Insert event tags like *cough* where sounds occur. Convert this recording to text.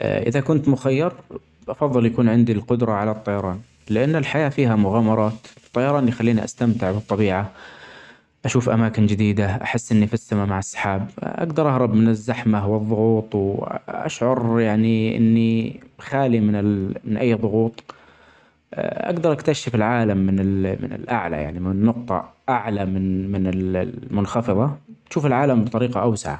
إذا كنت مخير بفظل يكون عندي القدرة علي الطيران لأن الحياة فيها مغامرات ، الطيران يخليني أستمتع بالطبيعة ، أشوف أماكن جديدة أحس إني في السما مع السحاب ، أجدر أهرب من الزحمة والظغوط ، و *hesitation* أشعر إني -أني خالي من ال-من أي ظغوط أجدر أكتشف العالم من الأعلي يعني من نقطة أعلي من *hesitation* المنخفضة تشوف العالم بطريقة أوسع